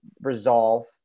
resolve